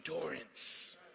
endurance